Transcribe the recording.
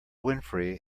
winfrey